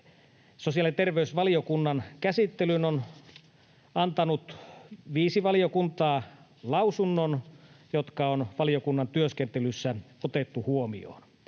sosiaali‑ ja terveysvaliokunnan käsittelyyn on antanut viisi valiokuntaa lausunnon, jotka on valiokunnan työskentelyssä otettu huomioon.